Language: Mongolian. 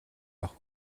авах